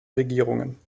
regierungen